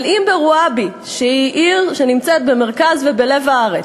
אבל אם ברוואבי, שהיא עיר שנמצאת במרכז ובלב הארץ,